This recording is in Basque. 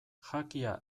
jakia